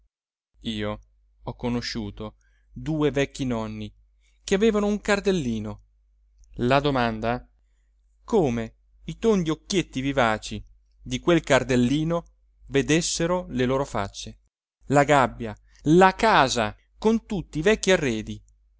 io ho conosciuto due vecchi nonni che avevano un cardellino la domanda come i tondi occhietti vivaci di quel cardellino vedessero le loro facce la gabbia la casa con tutti i vecchi arredi